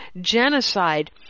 genocide